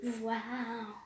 wow